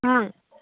ꯑꯥ